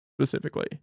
specifically